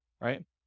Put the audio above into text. Right